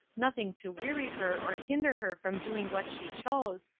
nothing to weary her or hinder her from doing what she chose,